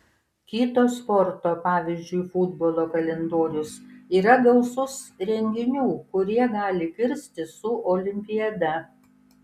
kito sporto pavyzdžiui futbolo kalendorius yra gausus renginių kurie gali kirstis su olimpiada